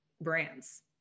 brands